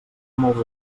molts